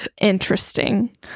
interesting